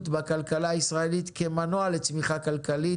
בכלכלה הישראלית כמנוע לצמיחה כלכלית.